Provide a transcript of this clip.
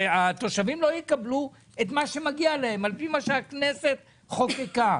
שהתושבים לא יקבלו את מה שמגיע להם על פי מה שהכנסת חוקקה,